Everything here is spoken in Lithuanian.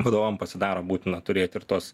vadovam pasidaro būtina turėti ir tuos